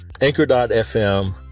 Anchor.fm